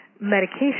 medication